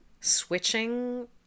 switching